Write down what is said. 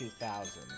2000